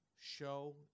show